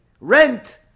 rent